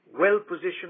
well-positioned